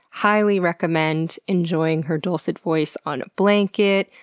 highly recommend enjoying her dulcet voice on a blanket,